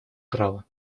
права